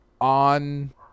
on